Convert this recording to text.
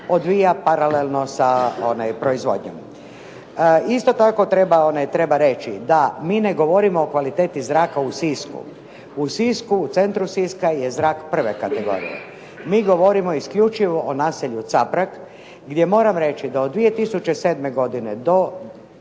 odvija paralelno sa proizvodnjom. Isto tako treba reći da mi ne govorimo o kvaliteti zraka u Sisku. U centru Siska je zrak 1. kategorije. Mi govorimo isključivo o naselju Caprag gdje moram reći da od 2007. godine do kraja